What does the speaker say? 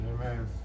Amen